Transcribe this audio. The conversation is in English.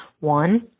one